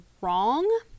wrong